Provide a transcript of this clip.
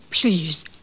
please